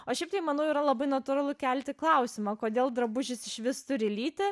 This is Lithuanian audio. o šiaip tai manau yra labai natūralu kelti klausimą kodėl drabužis išvis turi lyti